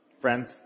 friends